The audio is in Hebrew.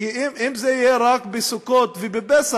כי אם זה יהיה רק בסוכות ובפסח,